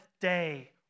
day